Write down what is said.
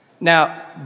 Now